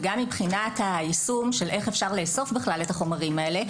וגם מבחינת היישום של איך אפשר לאסוף בכלל את החומרים האלה,